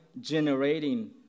generating